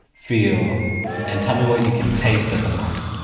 feel and tell me what you can taste at the moment.